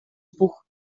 buch